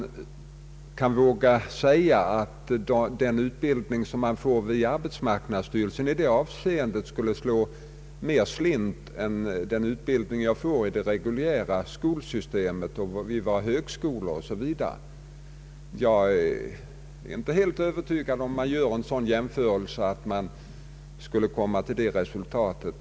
Vågar man säga att den utbildning som ges via arbetsmarknadsstyrelsen skulle slå slint i högre grad än den utbildning som ges i det reguljära skolsystemet, via högskolor osv. Jag är inte alldeles övertygad om att man vid en jämförelse skulle komma till det resultatet.